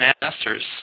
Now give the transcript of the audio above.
masters